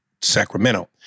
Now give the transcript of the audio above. Sacramento